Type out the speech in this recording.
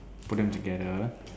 put them together